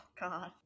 God